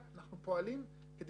אנחנו עומדים בקריטריונים הקבועים בחוק.